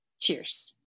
Cheers